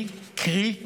קרי,